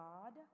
God